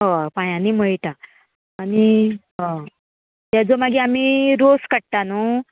हय पांयांनी मयटा आनी हय तेजो मागीर आमी रोस काडटा न्हू